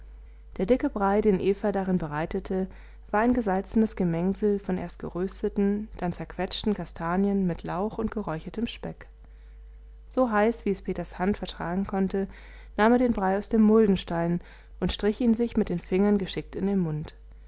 der dicke brei den eva darin bereitete war ein gesalzenes gemengsel von erst gerösteten dann zerquetschten kastanien mit lauch und geräuchertem speck so heiß wie es peters hand vertragen konnte nahm er den brei aus dem muldenstein und strich ihn sich mit den fingern geschickt in den mund